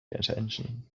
attention